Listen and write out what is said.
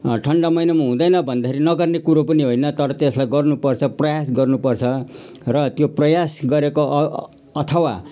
ठन्डा महिनामा हुँदैन भन्दाखेरि नगर्ने कुरो नि होइन तर त्यसलाई गर्नु पर्छ प्रयास गर्नु पर्छ र त्यो प्रयास गरेको अथवा